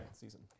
season